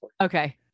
Okay